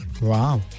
wow